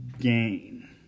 gain